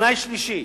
תנאי שלישי,